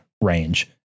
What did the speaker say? range